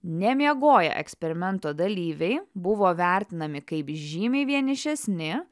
nemiegoję eksperimento dalyviai buvo vertinami kaip žymiai vienišesni